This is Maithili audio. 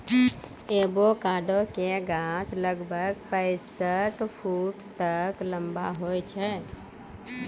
एवोकाडो के गाछ लगभग पैंसठ फुट तक लंबा हुवै छै